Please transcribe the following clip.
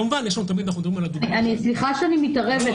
כמובן, יש לנו תמיד --- סליחה שאני מתערבת.